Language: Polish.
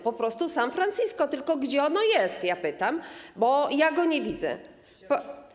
Po prostu San Francisco - tylko gdzie ono jest, ja się pytam, bo ja go nie widzę.